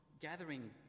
gathering